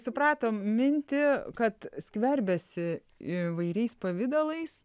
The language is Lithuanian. supratom mintį kad skverbiasi įvairiais pavidalais